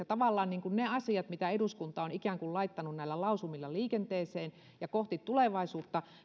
tavallaan niistä asioista mitä eduskunta on laittanut näillä lausumilla liikenteeseen ja kohti tulevaisuutta